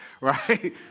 right